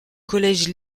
collège